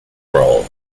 roll